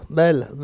bella